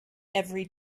every